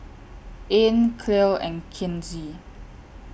Ean Clell and Kinsey